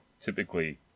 typically